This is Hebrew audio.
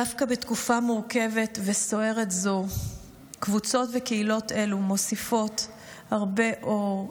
דווקא בתקופה מורכבת וסוערת זו קבוצות וקהילות אלו מוסיפות הרבה אור,